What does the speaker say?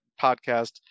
podcast